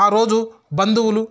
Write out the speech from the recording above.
ఆ రోజు బంధువులు